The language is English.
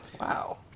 Wow